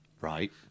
Right